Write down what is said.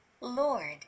Lord